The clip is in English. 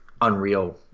unreal